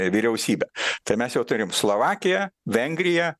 vyriausybe tai mes jau turim slovakiją vengriją